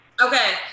Okay